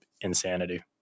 insanity